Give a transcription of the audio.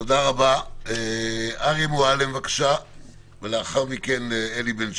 אני רוצה לברך על התיקון.